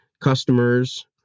customers